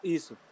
Isso